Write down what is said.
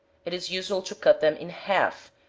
it is usual to cut them in half,